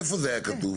איפה זה היה כתוב?